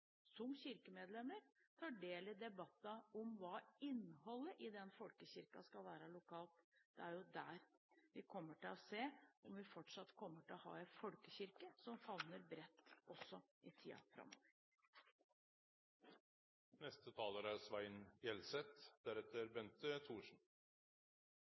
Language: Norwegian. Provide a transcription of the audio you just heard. som kirkemedlemmer tar del i debatter om hva innholdet i den folkekirken skal være lokalt. Det er jo der vi kommer til å se om vi fortsatt kommer til å ha en folkekirke som favner bredt også i tiden framover.